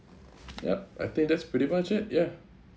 yup I think that's pretty much it ya